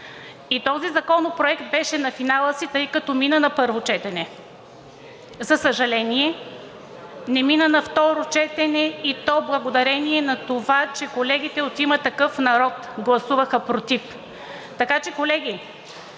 И този законопроект беше на финала си, тъй като мина на първо четене. За съжаление, не мина на второ четене, и то благодарение на това, че колегите от „Има такъв народ“ гласуваха против. Така че, колеги,